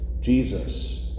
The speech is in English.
Jesus